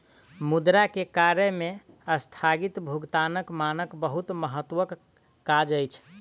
मुद्रा के कार्य में अस्थगित भुगतानक मानक बहुत महत्वक काज अछि